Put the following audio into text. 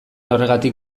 horregatik